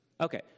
Okay